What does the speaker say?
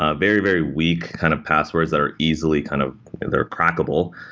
ah very, very weak kind of passwords that are easily kind of they're crackable.